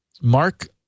Mark